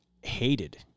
hated